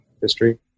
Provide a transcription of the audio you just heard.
history